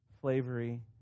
slavery